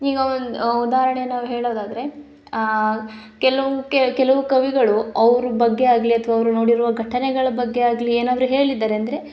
ಈಗ ಒಂದು ಉದಾಹರಣೆ ನಾವು ಹೇಳೋದಾದರೆ ಕೆಲವು ಕೆಲವು ಕವಿಗಳು ಅವ್ರ ಬಗ್ಗೆ ಆಗಲಿ ಅಥ್ವ ಅವರು ನೋಡಿರುವ ಘಟನೆಗಳ ಬಗ್ಗೆ ಆಗಲಿ ಏನಾದ್ರು ಹೇಳಿದಾರೆ ಅಂದರೆ